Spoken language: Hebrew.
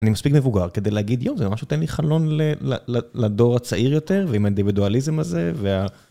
אני מספיק מבוגר כדי להגיד לא, זה ממש נותן לי חלון לדור הצעיר יותר ועם האנדיבידואליזם הזה וה...